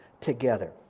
together